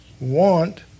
Want